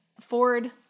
Ford